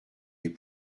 les